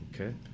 Okay